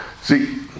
see